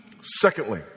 Secondly